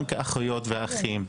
גם כאחיות ואחים.